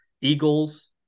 Eagles